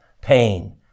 pain